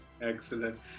excellent